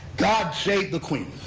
god save the queen.